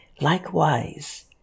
Likewise